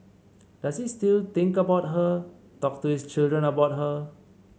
does he still think about her talk to his children about her